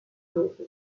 dopo